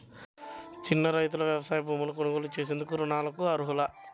చిన్న రైతులు వ్యవసాయ భూములు కొనుగోలు చేసేందుకు రుణాలకు అర్హులా?